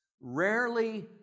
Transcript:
rarely